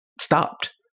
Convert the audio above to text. stopped